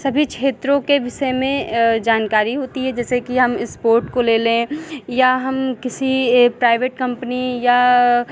सभी क्षेत्रों के विषय में जानकारी होती है जैसे कि हम स्पोर्ट को ले लें या हम किसी प्राइवेट कंपनी या